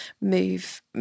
move